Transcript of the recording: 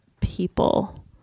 people